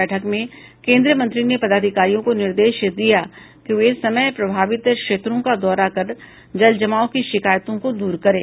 बैठक में कोन्द्रीय मंत्री ने पदाधिकारियों को निर्देश दिया कि वे समय प्रभावित क्षेत्रों का दौरा कर जलजमाव की शिकायतों को दूर करें